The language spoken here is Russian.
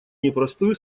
непростую